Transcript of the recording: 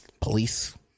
police